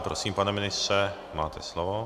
Prosím, pane ministře, máte slovo.